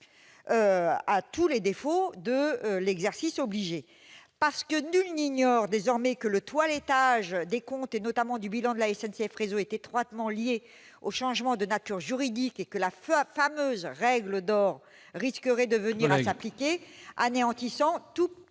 a tous les défauts de l'exercice obligé. En effet, nul ne l'ignore désormais, le toilettage des comptes, notamment du bilan de la SNCF Réseau, est étroitement lié au changement de nature juridique. De plus, la fameuse règle d'or risquerait de venir s'appliquer, anéantissant toute